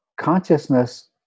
consciousness